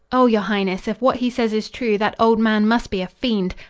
oh, your highness, if what he says is true that old man must be a fiend.